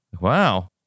Wow